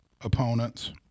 opponents